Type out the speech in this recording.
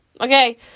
Okay